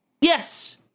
Yes